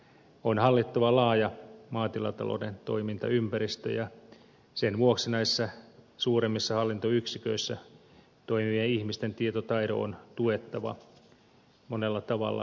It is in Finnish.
on hallittava laaja maatilatalouden toimintaympäristö ja sen vuoksi näissä suuremmissa hallintoyksiköissä toimivien ihmisten tietotaidon on tuettava monella tavalla toisiaan